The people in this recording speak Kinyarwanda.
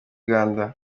uganda